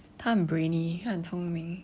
他很 brainy 很聪明